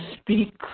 speak